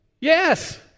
Yes